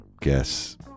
guess